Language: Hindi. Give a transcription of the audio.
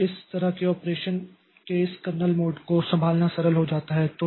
तो इस तरह से ऑपरेशन के इस कर्नेल मोड को संभालना सरल हो जाता है